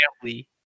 family